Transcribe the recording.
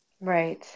Right